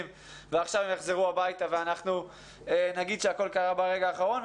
ועכשיו הם יחזרו הביתה ואנחנו נגיד שהכול קרה ברגע האחרון.